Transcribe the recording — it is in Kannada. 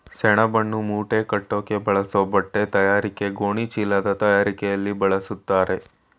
ಸೆಣಬನ್ನು ಮೂಟೆಕಟ್ಟೋಕ್ ಬಳಸೋ ಬಟ್ಟೆತಯಾರಿಕೆ ಗೋಣಿಚೀಲದ್ ತಯಾರಿಕೆಲಿ ಬಳಸ್ತಾರೆ